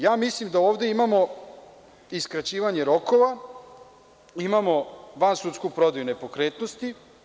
Ja mislim da ovde imamo i skraćivanje rokova, imamo vansudsku prodaju nepokretnosti.